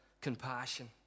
compassion